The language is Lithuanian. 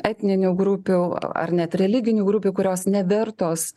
etninių grupių ar net religinių grupių kurios nevertos